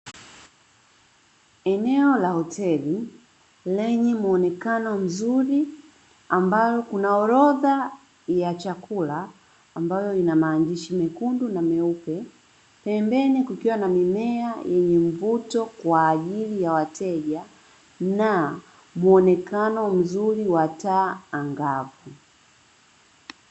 Eneo la hoteli lenye muonekano mzuri ambalo kuna orodha ya chakula ambayo ina maandishi mekundu na meupe, pembeni kukiwa na mimea yenye mvuto kwa ajili ya wateja na muonekano mzuri wa taa angavu.